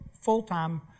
full-time